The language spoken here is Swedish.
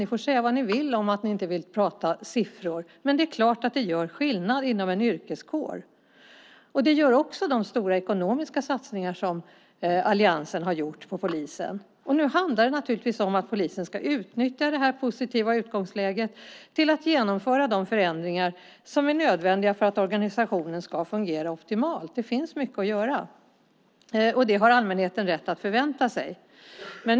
Ni får säga vad ni vill om att ni inte vill prata siffror, men det är klart att det gör skillnad inom en yrkeskår. Det gör också de stora ekonomiska satsningar som alliansen har gjort på polisen. Nu handlar det naturligtvis om att polisen ska utnyttja det positiva utgångsläget till att genomföra de förändringar som är nödvändiga för att organisationen ska fungera optimalt. Det finns mycket att göra. Det har allmänheten rätt att förvänta sig.